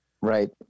Right